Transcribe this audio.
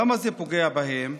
למה זה פוגע בהן?